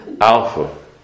Alpha